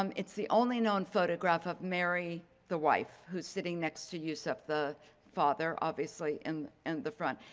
um it's the only known photograph of mary, the wife, who's sitting next to yosef the father obviously in and the front.